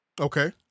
Okay